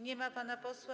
Nie ma pana posła.